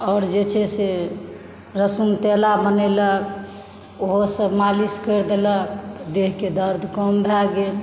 आओर जे छै से लहसुनतेला बनेलक ओहोसँ मालिश करि देलक देहके दर्द कम भए गेल